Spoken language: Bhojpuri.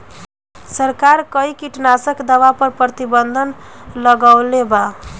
सरकार कई किटनास्क दवा पर प्रतिबन्ध लगवले बा